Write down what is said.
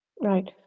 Right